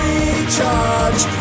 Recharge